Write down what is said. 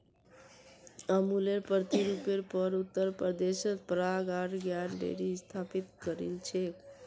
अमुलेर प्रतिरुपेर पर उत्तर प्रदेशत पराग आर ज्ञान डेरी स्थापित करील छेक